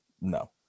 No